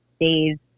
days